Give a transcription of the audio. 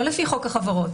לא לפי חוק החברות,